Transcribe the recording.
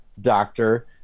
doctor